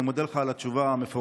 אני מודה לך מאוד על התשובה המפורטת.